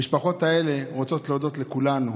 המשפחות האלה רוצות להודות לכולנו: